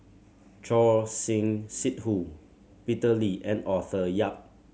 Choor Singh Sidhu Peter Lee and Arthur Yap